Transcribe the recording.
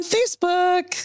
Facebook